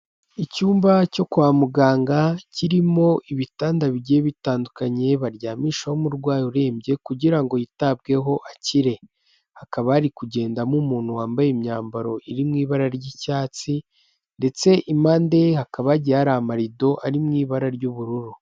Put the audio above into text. Icyumba cyo kwa muganga kirimo ibitanda bigiye bitandukanye baryamishaho umurwayi urembye kugira ngo yitabweho akire, hakaba yari kugendamo umuntu wambaye imyambaro iri mu ibara ry'icyatsi ndetse impande ye hakaba hagiye hari amarido ari mu ibara ry'ubururu.